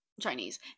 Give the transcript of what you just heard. chinese